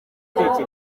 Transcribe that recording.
ngo